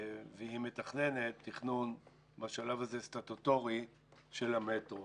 והיא מתכננת תכנון בשלב הזה סטטוטורי של המטרו.